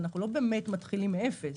אנחנו לא באמת מתחילים מאפס.